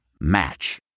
Match